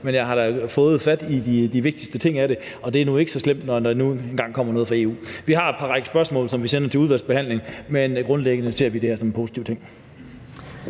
men jeg har da fået fat i de vigtigste ting af det – er det nu ikke så slemt, når det nu engang kommer nede fra EU. Vi har en række spørgsmål, som vi sender i udvalgsbehandlingen, men grundlæggende ser vi det her som en positiv ting.